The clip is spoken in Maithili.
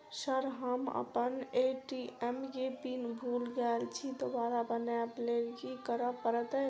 सर हम अप्पन ए.टी.एम केँ पिन भूल गेल छी दोबारा बनाबै लेल की करऽ परतै?